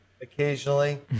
occasionally